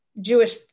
Jewish